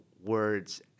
words